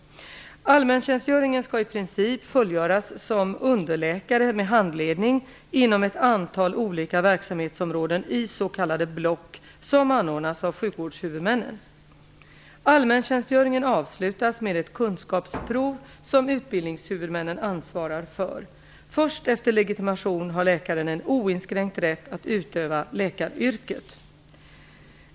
Allmäntjänstgöringen skall i princip fullgöras som underläkare med handledning inom ett antal olika verksamhetsområden i s.k. block som anordnas av sjukvårdshuvudmännen. Allmäntjänstgöringen avslutas med ett kunskapsprov som utbildningshuvudmännen ansvarar för. Först efter legitimation har läkaren en oinskränkt rätt att utöva läkaryrket.